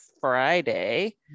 Friday